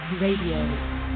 Radio